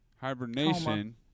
hibernation